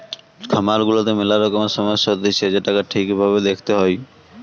খামার গুলাতে মেলা রকমের সমস্যা হতিছে যেটোকে ঠিক ভাবে দেখতে হয়